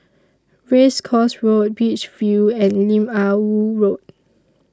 Race Course Road Beach View and Lim Ah Woo Road